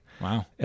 Wow